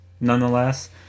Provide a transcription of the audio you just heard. nonetheless